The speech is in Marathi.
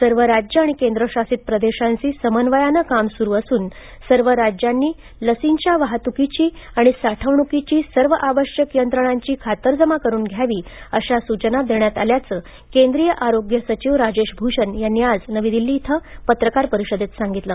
सर्व राज्य आणि केंद्र शासित प्रदेशांशी समन्वयानं काम सुरू असून सर्व राज्यांनी लसींच्या वाहतुकीची आणि साठवणुकीची सर्व आवश्यक यंत्रणांची खातरजमा करून घ्यावी अशा सूचना देण्यात आल्याचं केंद्रीय आरोग्य सचिव राजेश भूषण यांनी आज नवी दिल्ली इथं पत्रकार परिषदेत सांगितलं